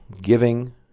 giving